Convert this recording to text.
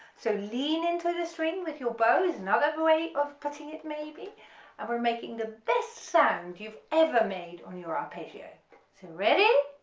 so lean into the string with your bow is another way of cutting it maybe and we're making the best sound you've ever made on your arpeggio so ready